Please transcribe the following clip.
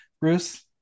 Bruce